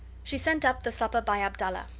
she sent up the supper by abdallah,